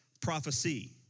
prophecy